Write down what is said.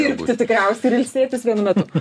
dirbti tikriausiai ir ilsėtis vienu metu